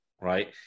right